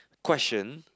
question